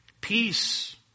Peace